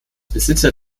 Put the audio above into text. besitzer